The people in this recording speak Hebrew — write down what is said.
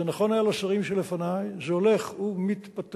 זה נכון היה לשרים שלפני, זה הולך ומתפתח.